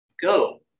Go